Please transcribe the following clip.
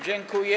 Dziękuję.